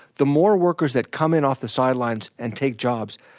the more workers that come in off the sidelines and take jobs,